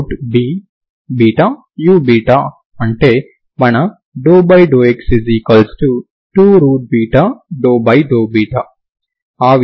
0u2x2u అంటే మన ∂x2∂β